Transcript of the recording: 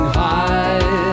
high